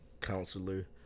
counselor